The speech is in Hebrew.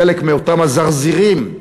חלק מאותם הזרזירים,